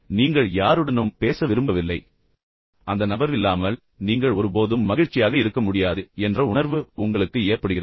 நீங்கள் யாருடனும் பேச விரும்பவில்லை ஏனென்றால் அந்த குறிப்பிட்ட நபர் இல்லாமல் நீங்கள் ஒருபோதும் மகிழ்ச்சியாக இருக்க முடியாது என்ற உணர்வு உங்களுக்கு ஏற்படுகிறது